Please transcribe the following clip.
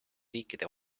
riikide